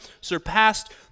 surpassed